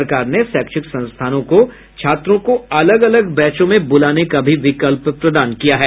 सरकार ने शैक्षिक संस्थानों को छात्रों को अलग अलग बैचों में बुलाने का भी विकल्प प्रदान किया है